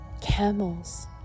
camels